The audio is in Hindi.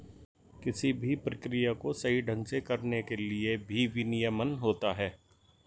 किसी भी प्रक्रिया को सही ढंग से करने के लिए भी विनियमन होता है